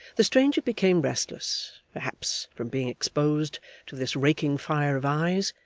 the stranger became restless perhaps from being exposed to this raking fire of eyes,